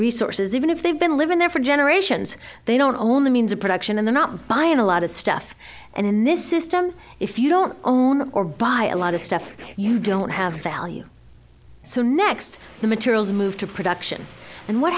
resources even if they've been living there for generations they don't only means of production and the not buying a lot of stuff and in this system if you don't own or buy a lot of stuff you don't have a value so next the materials move to production and what